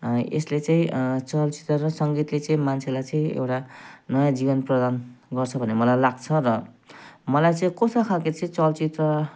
यसले चाहिँ चलचित्र र सङ्गीतले चाहिँ मान्छेलाई चाहिँ एउटा नयाँ जीवन प्रदान गर्छ भन्ने मलाई लाग्छ र मलाई चाहिँ कस्तो खालको चाहिँ चलचित्र